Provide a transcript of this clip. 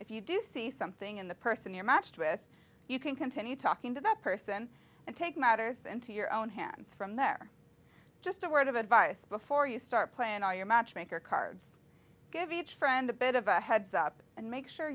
if you do see something in the person you're matched with you can continue talking to that person and take matters into your own hands from there just a word of advice before you start playing all your matchmaker cards give each friend a bit of a heads up and make sure